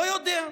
לא יודע.